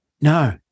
no